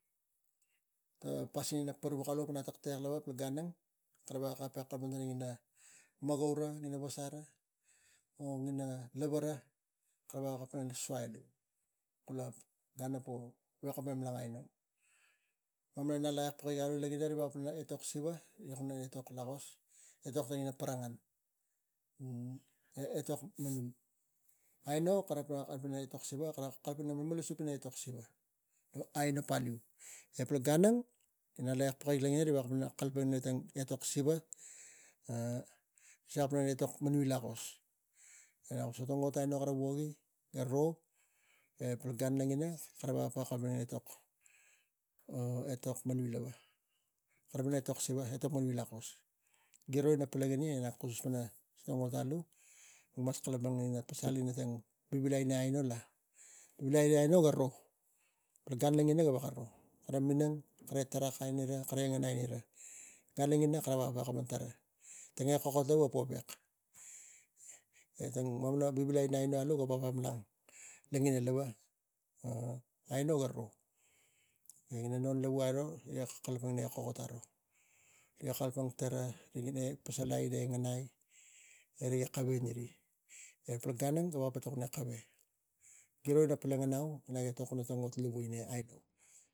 Tang vap lavu ta mem e omo riga minang, riga ima aneng. Kamatan riga ima aneng e riga minang ekeng. Ega tokon powak tang patmanui e omo anos, tang makanuk e tang tivingou, pawak tang patmanui anos omo anos tang makanuk e tivingou, powak tang patmanui lakos kamatan patmani rig ima gaveko neri ule ekeng, neri patakai ga tokon mamana kuskus paratung ina aino, usigi inakas, pasin ina pasal la, pasal e rik minang ekeng, e rik me tamai ekeng, e riga lasinugi ina patu patmanui patakai ga tokon powak tang patmani lakos ekeng e omo, tang tivingou e makanuk. Na mem, naniu tang tivingou, tivingou sinuk la ule omo e kamatan lain riga makanuk, e rig minang kes, e na mem e ngeinai la e rik tamai ang im e tang ina patmanui nga ima ai e tang tamai ga me putuk.